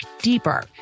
deeper